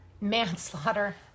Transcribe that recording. Manslaughter